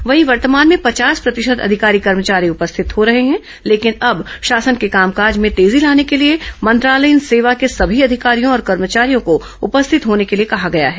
वहीं वर्तमान में पचास प्रतिशत अधिकारी कर्मचारी उपस्थित हो रहे हैं लेकिन अब शासन के कामकाज में तेजी लाने के लिए मंत्रालयीन सेवा के सभी अधिकारियों और कर्मचारियों को उपस्थित होने के लिए कहा गया है